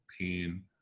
Pain